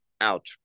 out